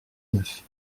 neuf